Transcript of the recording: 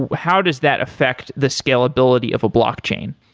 how does that affect the scalability of a blockchain?